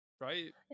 right